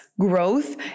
growth